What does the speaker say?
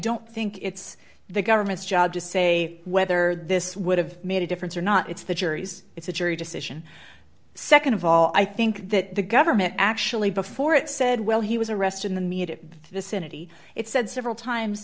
don't think it's the government's job to say whether this would have made a difference or not it's the jury's it's a jury decision nd of all i think that the government actually before it said well he was arrested in the media vicinity it said several times